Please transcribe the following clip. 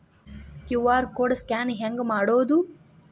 QR code scan ಹೆಂಗ್ ಮಾಡೋದು?